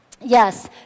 Yes